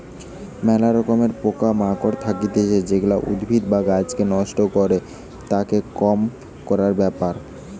ম্যালা রকমের পোকা মাকড় থাকতিছে যেগুলা উদ্ভিদ বা গাছকে নষ্ট করে, তাকে কম করার ব্যাপার